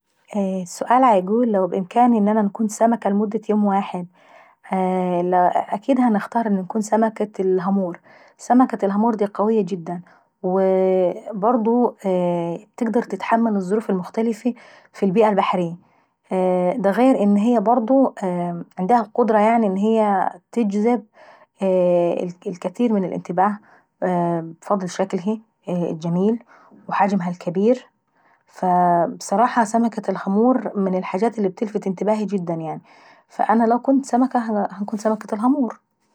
السؤال عيقول لو بامكاني انكون يمكة لمدة يوم واحد، فأنا هنختار انكون سمكة الهامور، سمكة الهامور دي قوية جدا وتقدر تتحمل الظروف المختلفي في البئة البحرية. دا غير ان هي عنديها القدرة برضه ان هي تجذب الكتير من الانتباه بفضل شكلها الجميل وحججها الكابير، فبصراحة سمكة الهامور بتلفت انتباهي واهتمامي جدا يعني. فانا لو كنت سمكة كنت هنبقى سمكة الهامور.